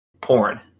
porn